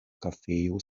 kafejo